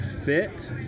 fit